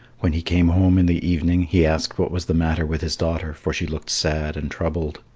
when he came home in the evening, he asked what was the matter with his daughter for she looked sad and troubled.